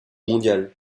mondiale